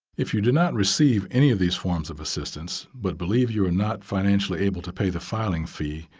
if you do not receive any of these forms of assistance, but believe you are not financially able to pay the filing fee,